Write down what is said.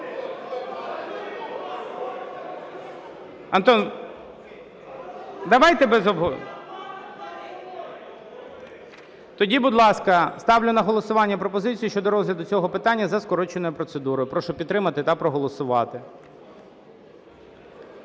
Лише вам? (Шум у залі) Тоді, будь ласка, ставлю на голосування пропозицію щодо розгляду цього питання за скороченою процедурою. Прошу підтримати та проголосувати.